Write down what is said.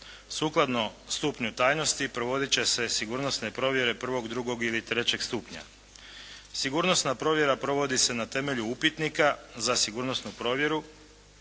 Sukladno stupnju tajnosti provoditi će se sigurnosne provjere prvog, drugog ili trećeg stupnja. Sigurnosna provjera provodi se na temelju upitnika za sigurnosnu provjeru